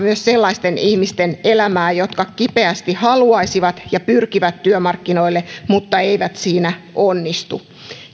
myös sellaisten ihmisten elämää jotka kipeästi haluaisivat ja pyrkivät työmarkkinoille mutta eivät siinä onnistu